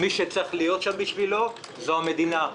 מי שצריך להיות שם בשבילו זו המדינה.